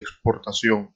exportación